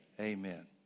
Amen